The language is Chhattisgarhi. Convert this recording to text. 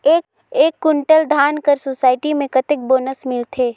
एक कुंटल धान कर सोसायटी मे कतेक बोनस मिलथे?